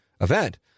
event